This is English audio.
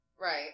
Right